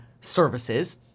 services